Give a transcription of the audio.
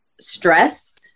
stress